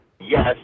Yes